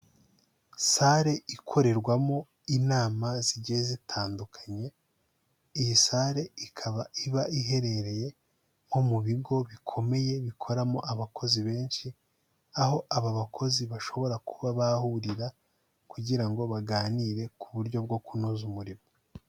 Sale ikorerwamo inama zigiye zitandukanye, iyi sale ikaba iba iherereye nko mu bigo bikomeye bikoramo abakozi benshi, aho aba bakozi bashobora kuba bahurira, kugira ngo baganire ku buryo bwo kunoza umurimo.